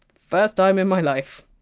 first time in my life.